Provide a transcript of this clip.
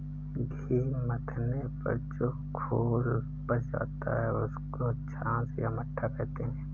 घी मथने पर जो घोल बच जाता है, उसको छाछ या मट्ठा कहते हैं